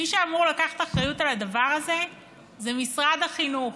מי שאמור לקחת אחריות לדבר הזה זה משרד החינוך,